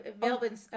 Melbourne